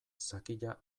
sakila